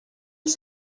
als